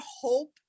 hope